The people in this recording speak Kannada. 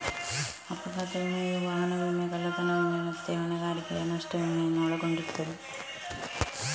ಅಪಘಾತ ವಿಮೆಯು ವಾಹನ ವಿಮೆ, ಕಳ್ಳತನ ವಿಮೆ ಮತ್ತೆ ಹೊಣೆಗಾರಿಕೆಯ ನಷ್ಟ ವಿಮೆಯನ್ನು ಒಳಗೊಂಡಿರ್ತದೆ